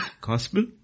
gospel